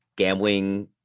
Gambling